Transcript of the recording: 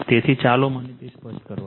તેથી ચાલો મને તે સ્પષ્ટ કરવા દો